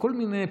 כל מיני פסוקים,